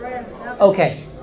Okay